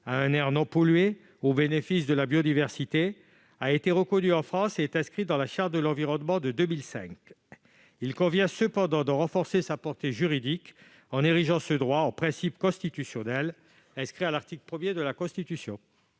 à un air non pollué, aux bénéfices de la biodiversité, a été reconnu en France et est inscrit dans la Charte de l'environnement de 2004. Il convient cependant d'en renforcer la portée juridique en l'érigeant en principe constitutionnel inscrit à l'article 1 de la Constitution.